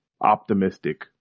optimistic